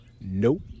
Nope